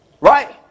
Right